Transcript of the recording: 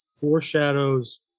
foreshadows